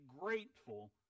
grateful